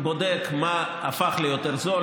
בודק מה הפך ליותר זול,